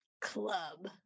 Club